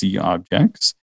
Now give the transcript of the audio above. objects